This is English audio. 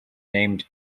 named